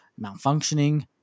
malfunctioning